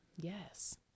Yes